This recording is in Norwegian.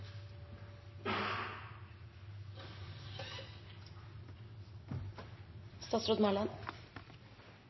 Statsråd